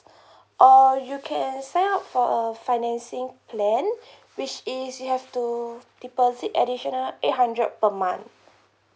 uh you can sign up for a financing plan which is you have to deposit additional eight hundred per month